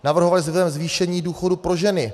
Navrhovali jsme zvýšení důchodů pro ženy.